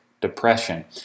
depression